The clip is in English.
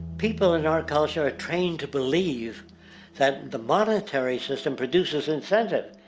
people in our culture are trained to believe that the monetary system produces incentive.